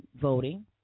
voting